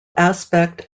aspect